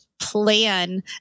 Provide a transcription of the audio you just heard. plan